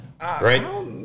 right